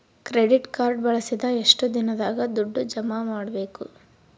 Credit card ಬಳಸಿದ ಎಷ್ಟು ದಿನದಾಗ ದುಡ್ಡು ಜಮಾ ಮಾಡ್ಬೇಕು?